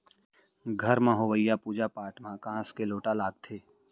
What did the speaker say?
घर म होवइया पूजा पाठ म कांस के लोटा लागथे